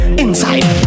inside